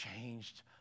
changed